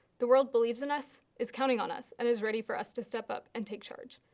the world believes in us, is counting on us, and is ready for us to step up and take charge.